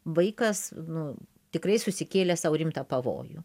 vaikas nu tikrai susikėlė sau rimtą pavojų